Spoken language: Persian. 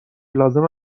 لازم